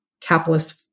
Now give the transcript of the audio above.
capitalist